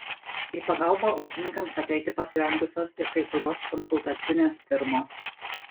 į pagalbą ūkininkams ateiti pasirengusios ir kai kurios konsultacinės firmos